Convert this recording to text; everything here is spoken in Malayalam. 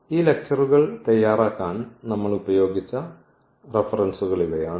ഈ ലെക്ച്ചറുകൾ തയ്യാറാക്കാൻ നമ്മൾ ഉപയോഗിച്ച റഫറൻസുകൾ ഇവയാണ്